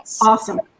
awesome